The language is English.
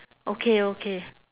okay okay